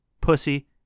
pussy